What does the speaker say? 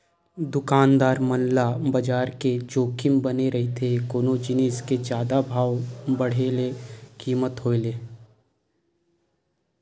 दुकानदार मन ल बजार के जोखिम बने रहिथे कोनो जिनिस के जादा भाव बड़हे ले कमती होय ले